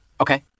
Okay